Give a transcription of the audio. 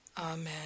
Amen